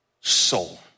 soul